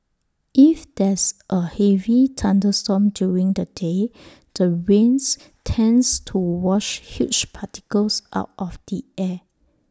if there's A heavy thunderstorm during the day the rains tends to wash huge particles out of the air